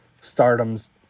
stardom's